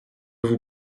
vous